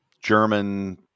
German